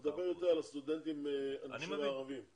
הוא מדבר על הסטודנטים הערבים, אני חושב.